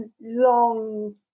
long